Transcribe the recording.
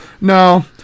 No